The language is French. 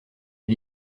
est